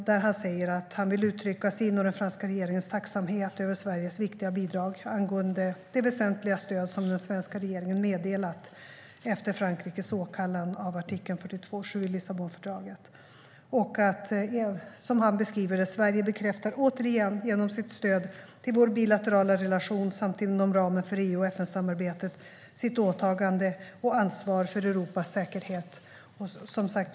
Där säger han att han vill uttrycka sin och den franska regeringens tacksamhet över Sveriges viktiga bidrag angående det väsentliga stöd som den svenska regeringen har meddelat efter Frankrikes åkallan av artikel 42.7 i Lissabonfördraget. Som han beskriver det: Sverige bekräftar återigen genom sitt stöd till vår bilaterala relation samt inom ramen för EU och FNsamarbetet sitt åtagande och ansvar för Europas säkerhet.